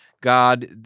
God